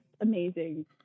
amazing